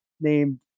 named